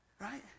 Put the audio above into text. right